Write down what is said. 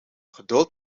geduld